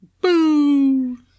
Boo